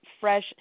fresh